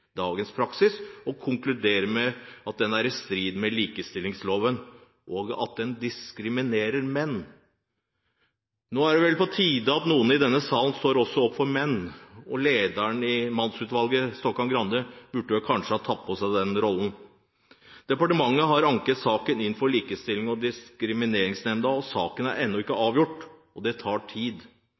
dagens praksis og konkluderer med at den er i strid med likestillingsloven, og at den diskriminerer menn. Nå er det vel på tide at noen i denne salen også står opp for menn, og lederen i Mannsrolleutvalget, Stokkan-Grande, burde vel kanskje ha tatt på seg den rollen. Departementet har anket saken inn for Likestillings- og diskrimineringsnemnda, og saken er ennå ikke avgjort – og det tar tid.